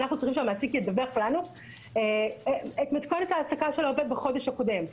אנחנו צריכים שהמעסיק ידווח לנו את מתכונת ההעסקה של העובד בחודש הקודם,